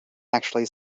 actually